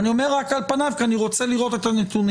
ואני אומר רק על פניו כי אני רוצה לראות את הנתונים.